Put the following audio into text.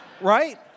right